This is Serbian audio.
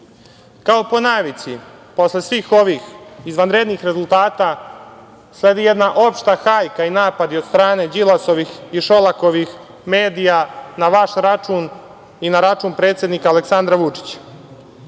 po navici, posle svih ovih izvanrednih rezultata sledi jedna opšta hajka i napadi od strane Đilasovih i Šolakovih medija na vaš račun i na račun predsednika Aleksandra Vučića.